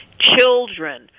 children